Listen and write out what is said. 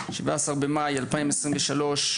17 במאי 2023,